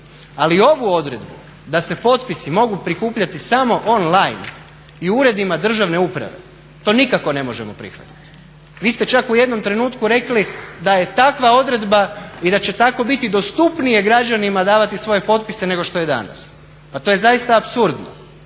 ali ovu odredbu da se potpisi mogu prikupljati samo on line i u Uredima državne uprave to nikako ne možemo prihvatiti. Vi ste čak u jednom trenutku rekli da je takva odredba i da će tako biti dostupnije građanima davati svoje potpise nego što je danas. Pa to je zaista apsurdno!